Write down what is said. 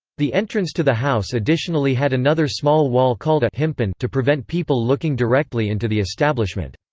the entrance to the house additionally had another small wall called a himpun to prevent people looking directly into the establishment.